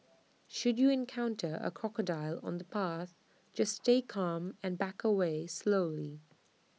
should you encounter A crocodile on the path just stay calm and back away slowly